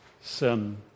sin